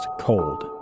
cold